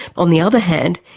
on the other hand,